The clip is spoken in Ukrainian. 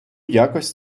якось